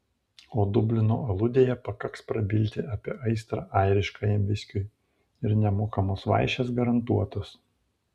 o dublino aludėje pakaks prabilti apie aistrą airiškajam viskiui ir nemokamos vaišės garantuotos